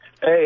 Hey